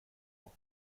auf